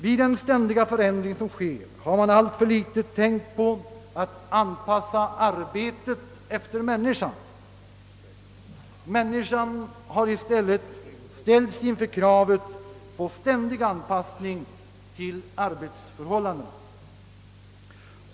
Vid den ständiga förändring som sker har man alltför litet tänkt på att anpassa arbetet efter människan. Människan har i stället ställts inför kravet på ständig anpassning till arbetsförhållandena.